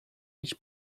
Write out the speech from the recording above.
each